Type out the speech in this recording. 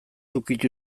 ukitu